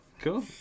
Cool